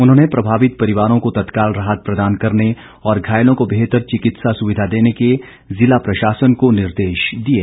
उन्होंने प्रभावित परिवारों को तत्काल राहत प्रदान करने और घायलों को बेहतर चिकित्सा सुविधा देने के जिला प्रशासन को निर्देश दिए हैं